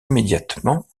immédiatement